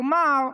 כלומר,